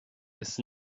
ist